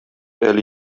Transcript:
әле